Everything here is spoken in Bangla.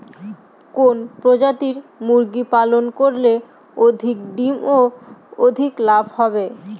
কোন প্রজাতির মুরগি পালন করলে অধিক ডিম ও অধিক লাভ হবে?